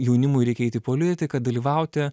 jaunimui reikia eiti į politiką dalyvauti